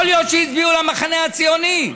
יכול להיות שהצביעו למחנה הציוני,